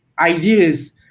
ideas